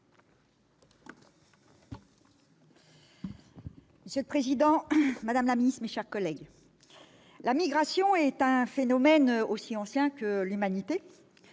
Monsieur le président, madame la ministre, mes chers collègues, la migration est un phénomène aussi ancien que l'humanité.